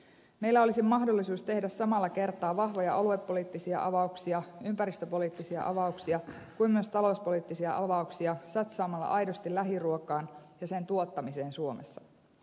meillä olisi mahdollisuus tehdä samalla kertaa vahvoja aluepoliittisia avauksia ympäristöpoliittisia avauksia kuin myös talouspoliittisia avauksia satsaamalla aidosti lähiruokaan ja sen tuottamiseen suomessa